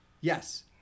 Yes